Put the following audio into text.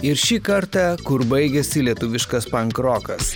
ir šį kartą kur baigiasi lietuviškas pankrokas